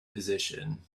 position